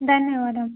ಧನ್ಯವಾದ